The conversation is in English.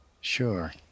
Sure